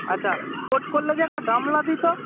আচ্ছা পোর্ট করলে যে একটা গামলা দিতো